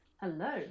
hello